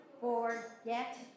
Forget